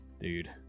dude